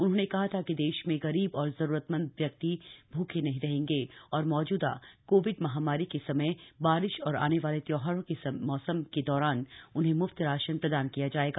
उन्होंने कहा था कि देश में गरीब और जरूरतमंद व्यक्ति भूखे नहीं रहेंगे और मौजूदा कोविड महामारी के समय बारिश और आने वाले त्योहारों के मौसम के दौरान उन्हें मुफ्त राशन प्रदान किया जाएगा